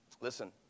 Listen